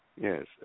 Yes